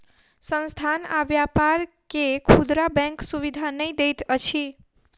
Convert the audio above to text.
संस्थान आ व्यापार के खुदरा बैंक सुविधा नै दैत अछि